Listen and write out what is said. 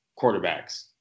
quarterbacks